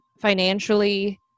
financially